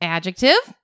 Adjective